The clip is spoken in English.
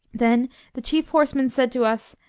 then the chief horseman said to us,